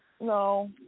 no